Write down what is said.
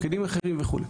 פקידים אחרים וכו'.